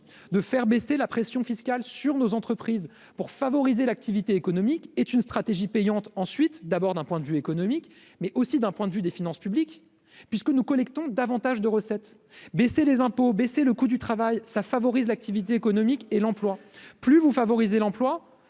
de faire baisser la pression fiscale sur nos entreprises pour favoriser l'activité économique est une stratégie payante ensuite d'abord d'un point de vue économique mais aussi d'un point de vue des finances publiques puisque nous collectons davantage de recettes baisser les impôts baisser le coût du travail, ça favorise l'activité économique et l'emploi, plus vous favoriser l'emploi